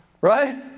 right